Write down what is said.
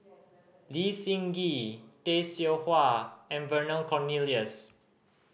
Lee Seng Gee Tay Seow Huah and Vernon Cornelius